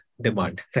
demand